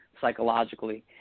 psychologically